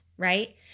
Right